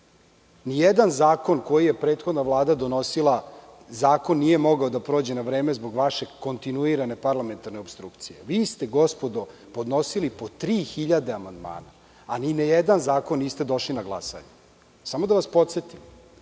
Nijedan zakon koji je prethodna Vlada donosila nije mogao da prođe na vreme zbog vašeg kontinuirane parlamentarne opstrukcije. Vi ste gospodo podnosili po 3.000 amandmana, a ni na jedan zakon niste došli na glasanje. Samo da vas podsetim.